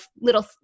little –